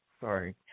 Sorry